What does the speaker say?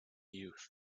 youth